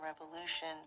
Revolution